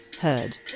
heard